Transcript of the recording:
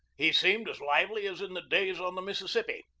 he seemed as lively as in the days on the mississippi,